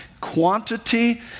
Quantity